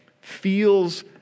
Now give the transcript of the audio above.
feels